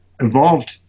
evolved